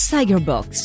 Cyberbox